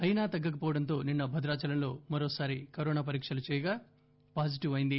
అయినా తగ్గకవోవడంతో నిన్న భద్రాచలంలో మరోసారి కరోనా పరీక్షలు చేయగా పాజిటివ్ అయింది